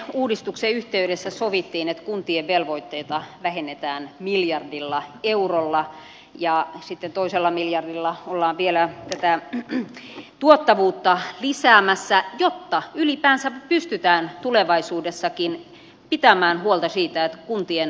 hallintorakenneuudistuksen yhteydessä sovittiin että kuntien velvoitteita vähennetään miljardilla eurolla ja sitten toisella miljardilla ollaan vielä tätä tuottavuutta lisäämässä jotta ylipäänsä pystytään tulevaisuudessakin pitämään huolta siitä että kuntien palvelut toimivat